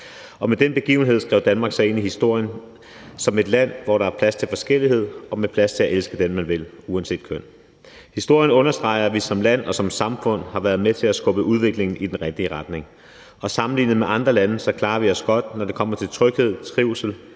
Med den begivenhed skrev Danmark sig ind i historien som et land, hvor der er plads til forskellighed og plads til at elske den, man vil, uanset køn. Historien understreger, at vi som land og som samfund har været med til at skubbe udviklingen i den rigtige retning, og sammenlignet med andre lande klarer vi os godt, når det kommer til tryghed, trivsel